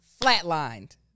flatlined